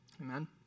Amen